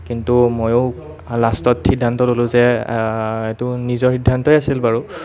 কিন্তু মইও লাষ্টত সিদ্ধান্ত ল'লোঁ যে এইটো নিজৰ সিদ্ধান্তই আছিল বাৰু